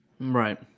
Right